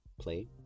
play